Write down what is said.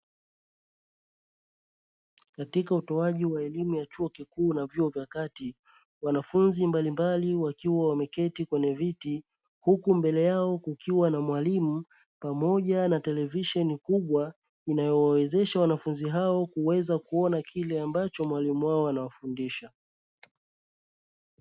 Katika utoaji wa elimu ya chuo kikuu na vyuo vya kati, wanafunzi mbalimbali wakiwa wameketi kwenye viti huku mbele yako kukiwa na mwalimu pamoja na televisheni kubwa imayowawezesha wanafunzi hao kuweza kuona kile ambacho mwalimu wao anawafundisha.